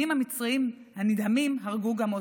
הקצינים המצרים הנדהמים הרגו גם אותה.